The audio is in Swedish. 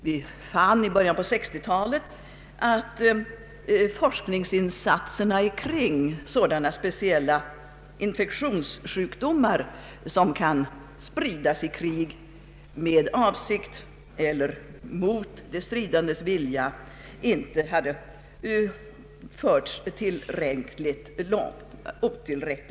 Vi fann i början av 1960-talet att forskningsinsatserna kring sådana speciella infektionssjukdomar som kan spridas i krig — med avsikt eller mot de stridandes vilja — inte hade förts tillräckligt långt.